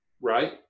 right